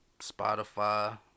Spotify